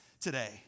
today